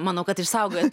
manau kad išsaugojot